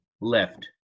left